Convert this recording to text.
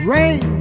Rain